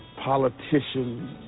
politician